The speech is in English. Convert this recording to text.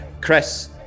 Chris